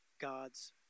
God's